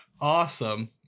Awesome